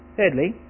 Thirdly